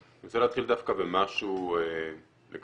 אני רוצה להתחיל, בבקשה, במשהו לגביי.